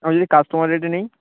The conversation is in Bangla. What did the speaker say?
আমি যদি কাস্টমার রেটে নেই